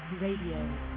Radio